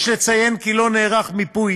יש לציין כי לא נערך מיפוי